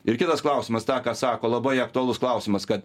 ir kitas klausimas tą ką sako labai aktualus klausimas kad